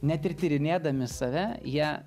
net ir tyrinėdami save jie